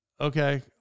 okay